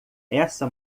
essa